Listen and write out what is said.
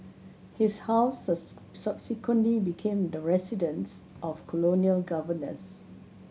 his house subsequently became the residence of colonial governors